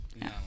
no